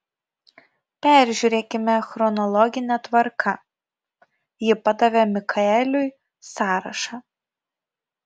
peržiūrėkime chronologine tvarka ji padavė mikaeliui sąrašą